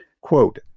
Quote